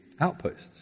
outposts